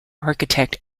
architect